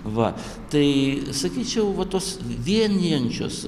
va tai sakyčiau va tos vienijančios